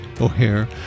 O'Hare